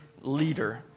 leader